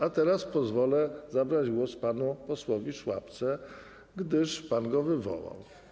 A teraz pozwolę zabrać głos panu posłowi Szłapce, gdyż pan go wywołał.